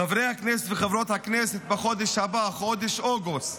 חברי הכנסת וחברות הכנסת, בחודש הבא, חודש אוגוסט,